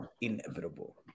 inevitable